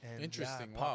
Interesting